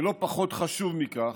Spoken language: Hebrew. ולא פחות חשוב מכך,